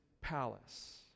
palace